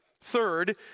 Third